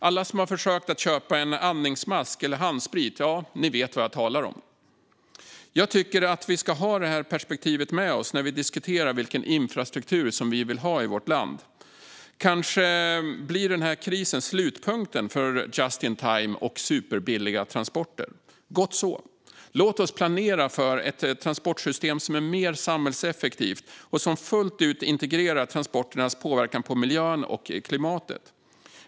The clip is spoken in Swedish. Alla som har försökt att köpa en andningsmask eller handsprit vet vad jag talar om. Jag tycker att vi ska ha med oss det perspektivet när vi diskuterar vilken infrastruktur vi vill ha i vårt land. Kanske blir den här krisen slutpunkten för just in time och superbilliga transporter. Gott så. Låt oss planera för ett transportsystem som är mer samhällseffektivt och som fullt ut integrerar transporternas påverkan på miljön och klimatet.